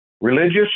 Religious